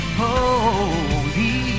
holy